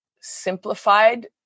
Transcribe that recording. simplified